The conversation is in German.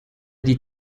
die